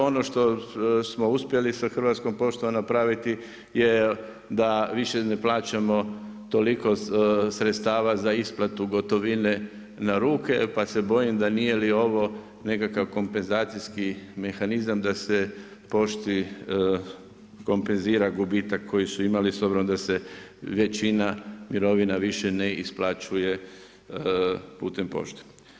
Ono što smo uspjeli sa Hrvatskom poštom napraviti, da više ne plaćamo toliko sredstava za isplatu gotovine na ruke, pa se bojim da nije li ovo nekakav kompenzacijski mehanizam, da se poštuje, kompenzira gubitak koji su imali, s obzirom da se većina mirovina više ne isplaćuje putem pošte.